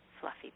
fluffy